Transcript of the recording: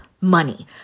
Money